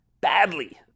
badly